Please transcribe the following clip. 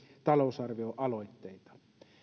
talousarvioaloitteita